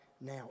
now